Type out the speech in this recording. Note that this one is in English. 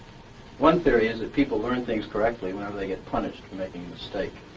one theory is that people learn things correctly whenever they get punished for making a mistake.